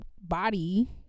body